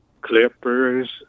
Clippers